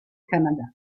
canada